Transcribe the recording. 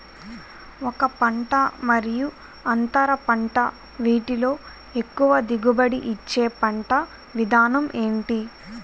ఒక పంట మరియు అంతర పంట వీటిలో ఎక్కువ దిగుబడి ఇచ్చే పంట విధానం ఏంటి?